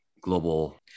global